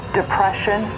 depression